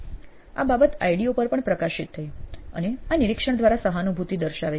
આ બાબત આઈડીઈઓ પર પણ પ્રકાશિત થયો અને આ નિરીક્ષણ દ્વારા સહાનુભતિ દર્શાવે છે